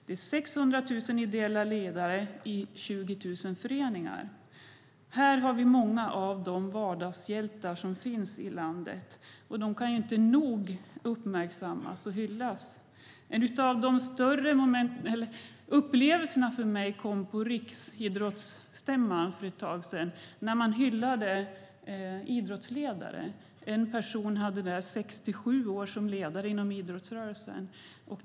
Det är 600 000 ideella ledare i 20 000 föreningar. Där har vi många av de vardagshjältar som finns i landet. De kan inte nog uppmärksammas och hyllas. En av mina största upplevelser fick jag på Riksidrottsstämman för ett tag sedan. Där hyllade man idrottsledare. En person hade varit ledare inom idrottsrörelsen i 67 år.